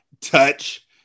touch